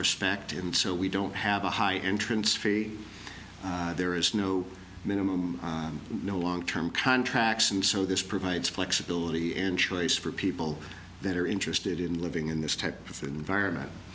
respect and so we don't have a high entrance fee there is no minimum no long term contracts and so this provides flexibility and choice for people that are interested in living in this type of food environment